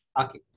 Okay